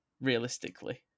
realistically